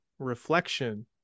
reflection